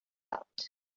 out